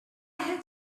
had